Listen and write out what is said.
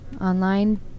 Online